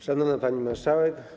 Szanowna Pani Marszałek!